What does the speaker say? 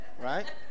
right